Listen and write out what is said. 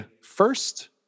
first